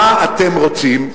מה אתם רוצים,